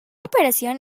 operación